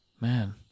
Man